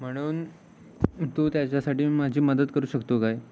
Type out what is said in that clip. म्हणून तू त्याच्यासाठी माझी मदत करू शकतो काय